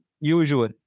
usual